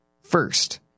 first